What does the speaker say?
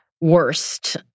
worst